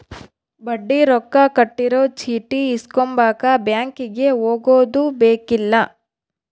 ಬಡ್ಡಿ ರೊಕ್ಕ ಕಟ್ಟಿರೊ ಚೀಟಿ ಇಸ್ಕೊಂಬಕ ಬ್ಯಾಂಕಿಗೆ ಹೊಗದುಬೆಕ್ಕಿಲ್ಲ